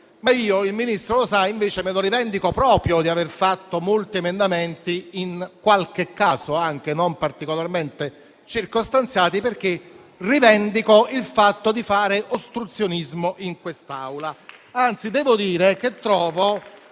voi. Il Ministro sa invece che io rivendico proprio di aver presentato molti emendamenti, in qualche caso anche non particolarmente circostanziati, perché rivendico il fatto di fare ostruzionismo in quest'Aula. Anzi, devo dire che trovo